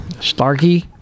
Starkey